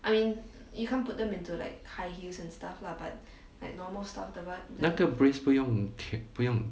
那个 brace 不用不用